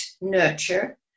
nurture